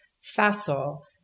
facile